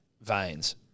veins